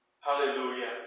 Hallelujah